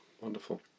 Wonderful